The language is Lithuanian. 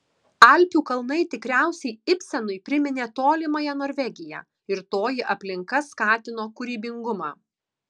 alpių kalnai tikriausiai ibsenui priminė tolimąją norvegiją ir toji aplinka skatino kūrybingumą